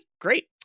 great